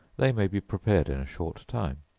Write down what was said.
they may be prepared in a short time.